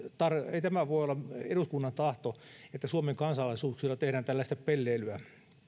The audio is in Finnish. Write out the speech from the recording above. ei tämä voi olla eduskunnan tahto että suomen kansalaisuuksilla tehdään tällaista pelleilyä